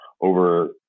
over